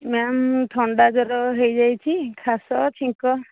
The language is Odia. ମାମ୍ ଥଣ୍ଡା ଜ୍ଵର ହୋଇଯାଇଛି କାଶ ଛିଙ୍କ